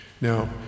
Now